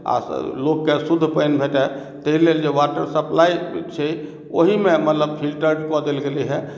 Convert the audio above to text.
आ लोक के शुद्ध पानि भेटय ताहि लेल जे वाटर सप्लाई जे छै ओहि मे मतलब फिल्टर कऽ देल गेलैया